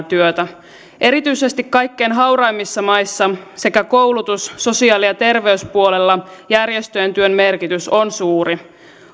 työtä erityisesti kaikkein hauraimmissa maissa sekä koulutus ja sosiaali ja terveyspuolella järjestöjen työn merkitys on suuri